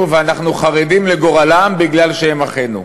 ואנחנו חרדים לגורלם בגלל שהם אחינו.